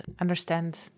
understand